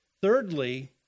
Thirdly